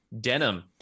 Denim